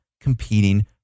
competing